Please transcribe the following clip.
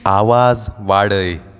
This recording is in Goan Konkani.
आवाज वाडय